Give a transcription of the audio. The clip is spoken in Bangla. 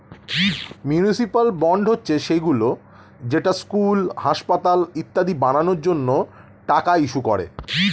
মিউনিসিপ্যাল বন্ড হচ্ছে সেইগুলো যেটা স্কুল, হাসপাতাল ইত্যাদি বানানোর জন্য টাকা ইস্যু করে